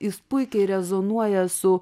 jis puikiai rezonuoja su